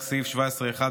רק סעיף 17(1),